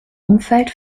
umfeld